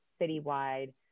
citywide